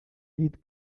llit